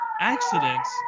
accidents